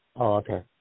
okay